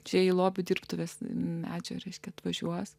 čia į lobių dirbtuvės medžio reiškia atvažiuos